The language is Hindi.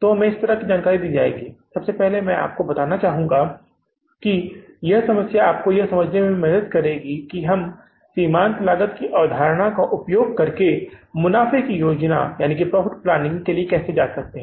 तो हमें इस तरह की जानकारी दी जाएगी सबसे पहले मैं आपको बताना चाहूँगा कि यह समस्या आपको यह समझने में मदद करेगी कि हम सीमांत लागत की अवधारणा का उपयोग करके मुनाफ़े की योजना के लिए कैसे जा सकते हैं